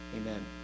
Amen